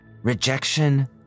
Rejection